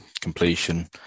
completion